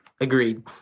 Agreed